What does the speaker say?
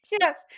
Yes